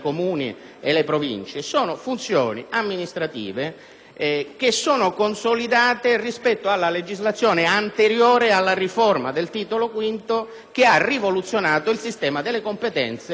consolidate rispetto alla legislazione anteriore alla riforma del Titolo V, che ha rivoluzionato il sistema delle competenze e quello dei rapporti tra Stato, Regioni e autonomie locali.